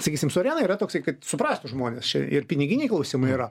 sakysim su arena yra toks kad suprastų žmonės čia ir piniginiai klausimai yra